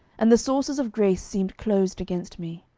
and the sources of grace seemed closed against me.